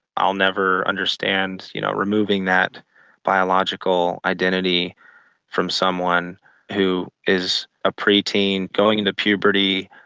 i'll never understand you know removing that biological identity from someone who is a pre-teen going into puberty,